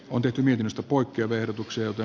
on tyytyminen ostokuittia verotukselta